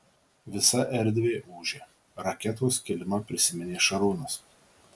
visa erdvė ūžia raketos kilimą prisiminė šarūnas